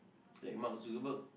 like Mark-Zuckerberg